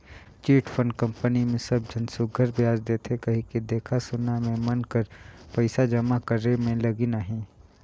chit fund company मे सब झन सुग्घर बियाज देथे कहिके देखा सुना में मन कर पइसा जमा करे में लगिन अहें